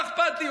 מה אכפת לי?